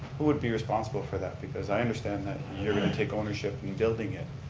who would be responsible for that? because i understand that you're going to take ownership in building it,